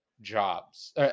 jobs